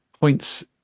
points